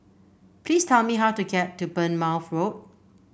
please tell me how to get to Bournemouth Road